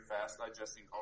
fast-digesting